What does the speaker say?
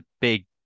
big